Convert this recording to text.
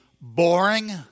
boring